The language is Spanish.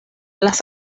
las